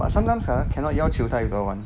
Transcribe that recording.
but sometimes ah cannot 要求太高 [one]